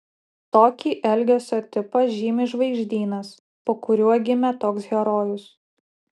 tokį elgesio tipą žymi žvaigždynas po kuriuo gimė toks herojus